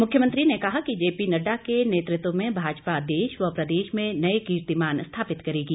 मुख्यमंत्री ने कहा कि जेपी नड़डा के नेतृत्व में भाजपा देश व प्रदेश में नए कीर्तिमान स्थापित करेगी